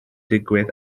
digwydd